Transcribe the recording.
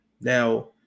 Now